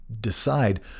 decide